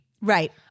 Right